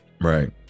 right